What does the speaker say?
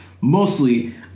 Mostly